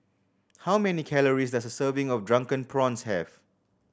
how many calories does a serving of Drunken Prawns have